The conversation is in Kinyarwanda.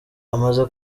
amaze